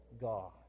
God